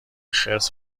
خرس